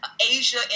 Asia